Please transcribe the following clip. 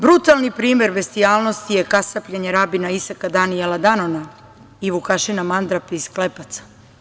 Brutalni primer bestijalnosti je kasapljenje rabina Isaka Danijela Danona i Vukašina Mandrapa iz Klepaca.